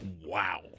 Wow